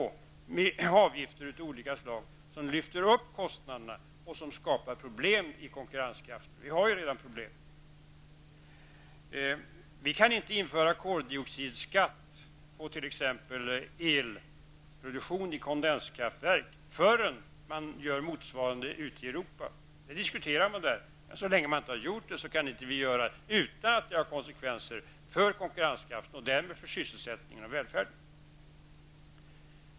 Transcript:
Han föreslog avgifter av olika slag, vilka lyfter upp kostnaderna och skapar problem med konkurrenskraften. Vi har redan problem. Vi kan inte införa koldioxidskatt på t.ex. elproduktion i kondenskraftverk förrän man gör på motsvarande sätt i övriga Europa. Det diskuteras där, men så länge man inte har gjort detta kan vi inte göra det utan konsekvenser för konkurrenskraften och därmed för sysselsättningen och välfärden.